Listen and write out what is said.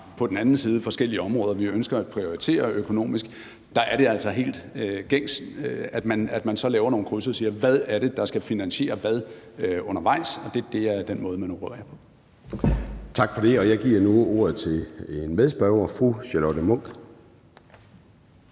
på den anden side har forskellige områder, vi ønsker at prioritere økonomisk – at det altså så er helt gængs, at man sætter nogle krydser og siger, hvad det er, der skal finansiere hvad, undervejs. Det er den måde, man opererer på. Kl. 13:10 Formanden (Søren Gade): Tak for det. Jeg giver nu ordet til en medspørger, fru Charlotte Munch.